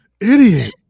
Idiot